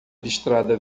listrada